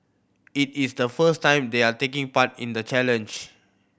it is the first time they are taking part in the challenge